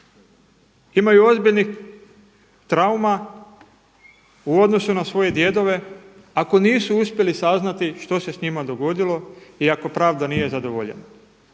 imaju ozbiljnih trauma u odnosu na svoje djedove ako nisu uspjeli saznati što se s njima dogodilo i ako pravda nije zadovoljena.